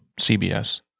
CBS